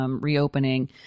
reopening